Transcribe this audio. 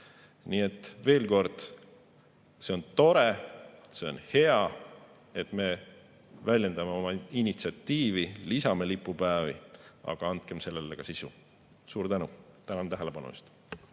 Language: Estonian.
Nii et veel kord: see on tore, see on hea, et me väljendame oma initsiatiivi, lisame lipupäevi, aga andkem sellele ka sisu. Suur tänu, tänan tähelepanu